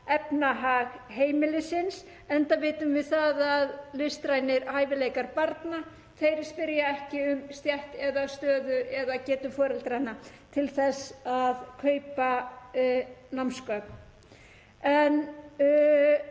efnahag heimilisins, enda vitum við að listrænir hæfileikar barna spyrja ekki um stétt eða stöðu eða getu foreldranna til þess að kaupa námsgögn.